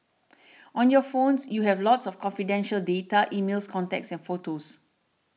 on your phones you have a lot of confidential data emails contacts photos